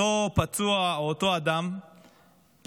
אותו פצוע או אותו אדם יישאר